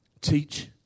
Teach